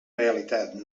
realitat